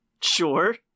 Sure